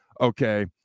Okay